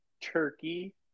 Turkey